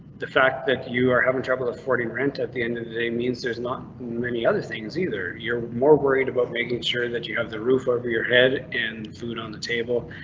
the fact that. you are having trouble affording rent at the end of the day means there's not many other things either you're more worried about making sure that you have the roof over your head and food on the table,